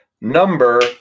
Number